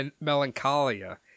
melancholia